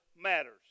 matters